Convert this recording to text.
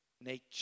nature